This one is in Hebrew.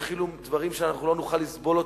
ויתחילו דברים שאנחנו לא נוכל לסבול אותם,